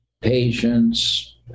patients